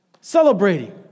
celebrating